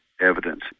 evidence